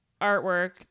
artwork